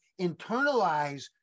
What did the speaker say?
internalize